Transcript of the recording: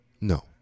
No